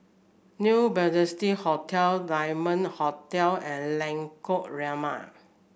New Majestic Hotel Diamond Hotel and Lengkok Lima